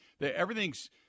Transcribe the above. everything's